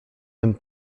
tym